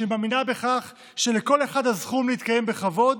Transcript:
שמאמינה בכך שלכל אחד הזכות להתקיים בכבוד,